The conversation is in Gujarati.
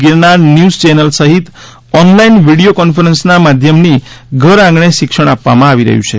ગિરનાર ન્યુઝ ચેનલ સહિત ઓનલાઇન વિડીયો કોન્ફરન્સના માધ્યમની ઘરઆંગણે શિક્ષણ આપવામાં આવી રહ્યું છે